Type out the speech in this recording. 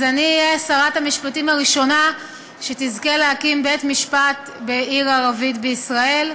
אני אהיה שרת המשפטים הראשונה שתזכה להקים בית-משפט בעיר ערבית בישראל.